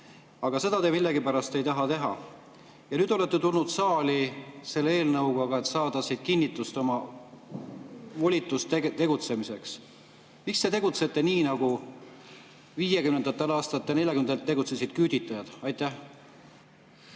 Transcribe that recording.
Aga seda te millegipärast ei taha teha. Ja nüüd olete tulnud saali selle eelnõuga, et saada volitust tegutsemiseks. Miks te tegutsete nii, nagu 1940. aastatel tegutsesid küüditajad? Oh